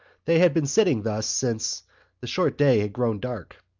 they had been sitting thus since the short day had grown dark.